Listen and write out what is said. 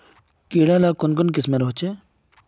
कीड़ा ला कुन कुन किस्मेर होचए?